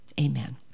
amen